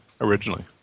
originally